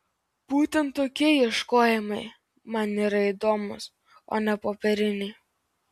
būtent tokie ieškojimai man yra įdomūs o ne popieriniai